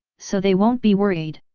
so they won't be worried!